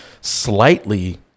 slightly